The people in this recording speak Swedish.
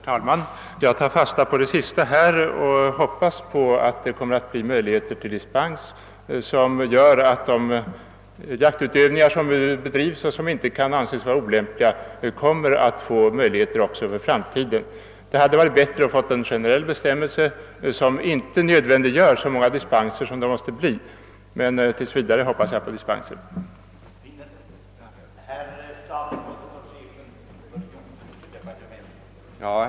Herr talman! Jag tar fasta på det sista som statsrådet sade och hoppas, att det också i framtiden kommer att bli dispensmöjligheter för sådan jakt som nu bedrivs och som inte kan anses vara clämplig. Det hade varit bättre att få en generell bestämmelse, som inte skulle nödvändiggöra så många dispenser som det nu måste bli, men tills vidare hoppas jag på denna dispensmöjlighet.